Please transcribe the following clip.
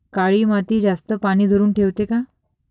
काळी माती जास्त पानी धरुन ठेवते का?